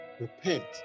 repent